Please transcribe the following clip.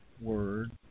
word